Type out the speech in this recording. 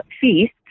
feast